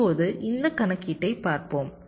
இப்போது இந்த கணக்கீட்டைப் பார்ப்போம்